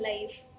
life